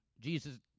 Jesus